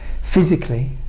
physically